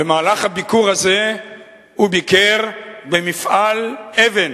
במהלך הביקור הזה הוא ביקר במפעל אבן.